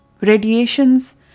Radiations